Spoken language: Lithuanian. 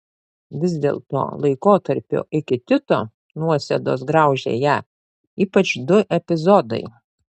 vis dėlto laikotarpio iki tito nuosėdos graužė ją ypač du epizodai